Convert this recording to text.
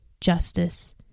justice